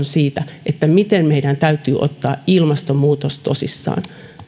siitä miten meidän täytyy ottaa ilmastonmuutos tosissaan